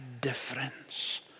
difference